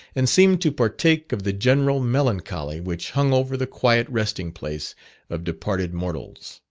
and seemed to partake of the general melancholy which hung over the quiet resting place of departed mortals.